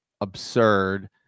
absurd